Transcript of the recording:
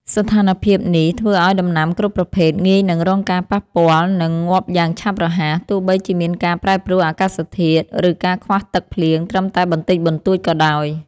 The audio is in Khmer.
ស្ថានភាពនេះធ្វើឱ្យដំណាំគ្រប់ប្រភេទងាយនឹងរងការប៉ះពាល់ និងងាប់យ៉ាងឆាប់រហ័ស ទោះបីជាមានការប្រែប្រួលអាកាសធាតុ ឬការខ្វះទឹកភ្លៀងត្រឹមតែបន្តិចបន្តួចក៏ដោយ។